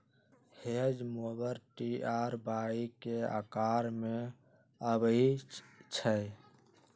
hedge mower T आ Y के अकार में अबई छई